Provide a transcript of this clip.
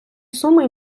суми